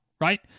right